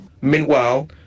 Meanwhile